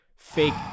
fake